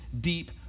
deep